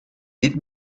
niet